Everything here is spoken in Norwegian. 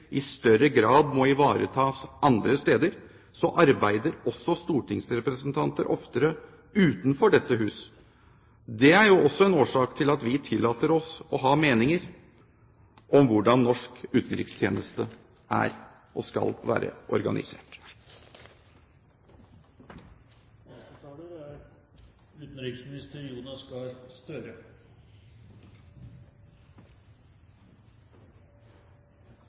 i større grad må ivaretas andre steder, arbeider også stortingsrepresentanter oftere utenfor dette hus. Det er jo også en årsak til at vi tillater oss å ha meninger om hvordan norsk utenrikstjeneste er og skal være